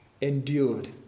endured